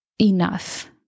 enough